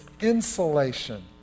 insulation